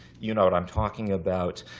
you know what i'm talking about.